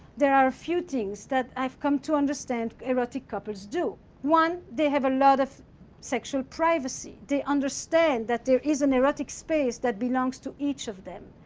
there are a few things that i've come to understand erotic couples do. one, they have a lot of sexual privacy. they understand that there is an erotic space that belongs to each of them.